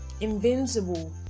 invincible